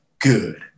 good